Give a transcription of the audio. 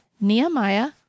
Nehemiah